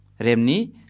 remni